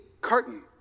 Carton